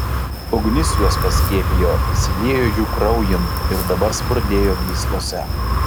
ugnis juos paskiepijo įsiliejo jų kraujin ir dabar spurdėjo gyslose